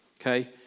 Okay